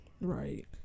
right